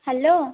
hello